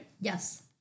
Yes